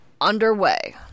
underway